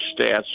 stats –